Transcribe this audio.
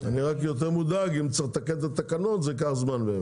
אני רק יותר מודאג אם צריך לתקן את התקנות כי אז זה ייקח זמן.